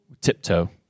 Tiptoe